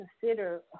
consider